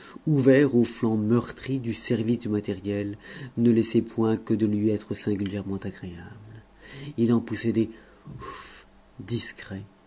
ouvert au flanc meurtri du service du matériel ne laissait point que de lui être singulièrement agréable il en poussait des ouf discrets